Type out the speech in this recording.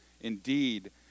indeed